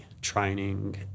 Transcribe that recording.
training